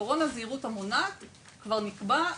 עיקרון הזהירות המונעת כבר נקבע,